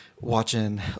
watching